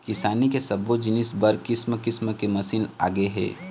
किसानी के सब्बो जिनिस बर किसम किसम के मसीन आगे हे